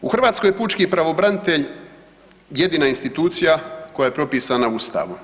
U Hrvatskoj je pučki pravobranitelj jedina institucija koja je propisana Ustavom.